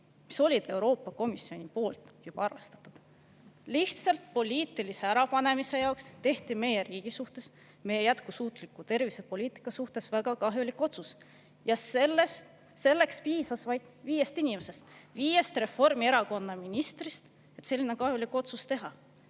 mis olid Euroopa Komisjoni poolt juba arvestatud. Lihtsalt poliitilise ärapanemise pärast tehti meie riigi suhtes, meie jätkusuutliku tervisepoliitika suhtes väga kahjulik otsus. Ja selleks piisas vaid viiest inimesest, viiest Reformierakonna ministrist, et selline kahjulik otsus teha.